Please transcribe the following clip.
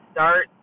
Start